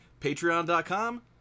patreon.com